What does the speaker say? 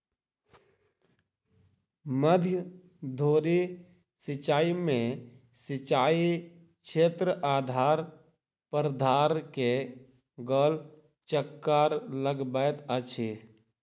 मध्य धुरी सिचाई में सिचाई यंत्र आधार प्राधार के गोल चक्कर लगबैत अछि